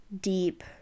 deep